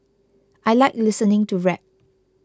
I like listening to rap